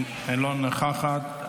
אינה נוכחת,